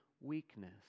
weakness